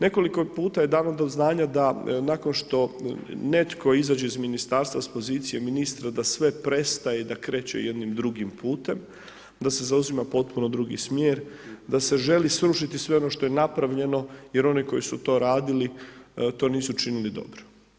Nekoliko je puta dalo do znanja da nakon što netko izađa iz Ministarstva, s pozicije ministra da sve prestaje i kreće jednim drugim putem, da se zauzima potpuno drugi smjer, da se želi srušiti sve ono što je napravljeno, jer oni koji su to radili, to nisu činili dobro.